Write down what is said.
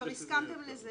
כבר הסכמתם לזה